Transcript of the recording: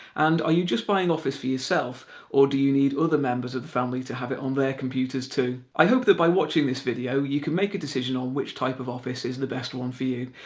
and are you just buying office for yourself or do you need other members of the family to have it on their computers too? i hope that by watching this video you can make a decision on which type of office is the best one for you,